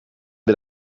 wir